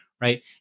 right